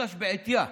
אלא שבעטייה